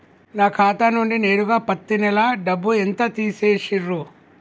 నా ఖాతా నుండి నేరుగా పత్తి నెల డబ్బు ఎంత తీసేశిర్రు?